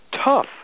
tough